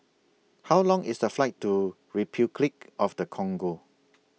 How Long IS The Flight to Repuclic of The Congo